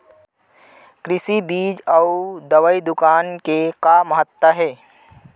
कृषि बीज अउ दवई दुकान के का महत्ता हे?